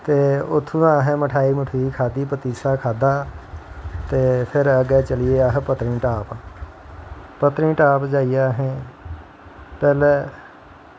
ते उत्थमां दा असैं मठैई मठुई काह्दी पतीसा खाह्दा ते फिर अग्गैं चलिये अस पतनीटॉप पतनीटॉप जाईयै असैं पैह्लैं